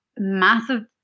Massive